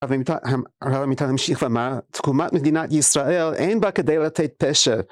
אבל אם ניתן להמשיך לומר תקומת מדינת ישראל אין בה כדי לתת פשר